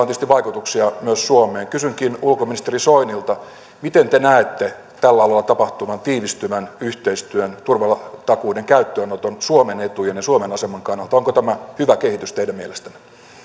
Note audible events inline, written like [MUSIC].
[UNINTELLIGIBLE] tietysti vaikutuksia myös suomeen kysynkin ulkoministeri soinilta miten te näette tällä alueella tapahtuvan tiivistyvän yhteistyön turvatakuiden käyttöönoton suomen etujen ja suomen aseman kannalta onko tämä hyvä kehitys teidän mielestänne